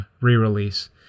re-release